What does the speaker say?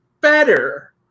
better